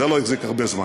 זה לא החזיק הרבה זמן,